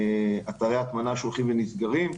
אתרי הטמנה שהולכים ונסגרים,